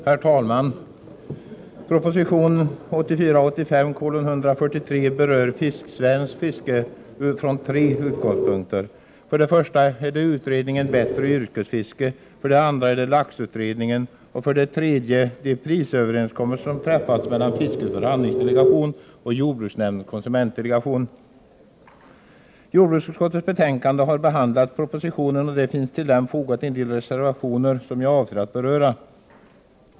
Herr talman! Proposition 1984 85:32 har propositionen behandlats, och det finns fogade en del reservationer till betänkandet som jag avser att beröra.